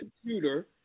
computer